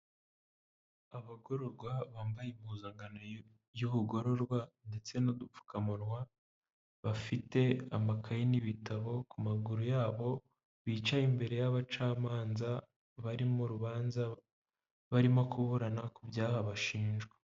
Abagororwa bambaye impuzankano y'ubugororwa ndetse n'udupfukamunwa, bafite amakaye n'ibitabo ku maguru yabo, bicaye imbere y'abacamanza, bari mu rubanza, barimo kuburana ku byaha bashinjwa.